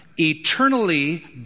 eternally